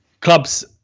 clubs